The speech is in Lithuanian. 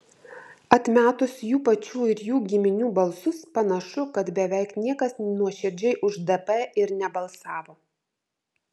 atmetus jų pačių ir jų giminių balsus panašu kad beveik niekas nuoširdžiai už dp ir nebalsavo